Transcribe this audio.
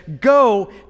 go